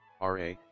RA